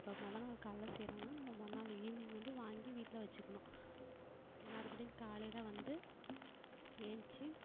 இப்போ முத நாள் காலையில் செய்கிறோன்னா நம்ம மறுநாள் ஈவினிங் வந்து வாங்கி வீட்டில் வச்சிக்கணும் மறுபடியும் காலையில் வந்து ஏழுந்ச்சி